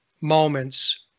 moments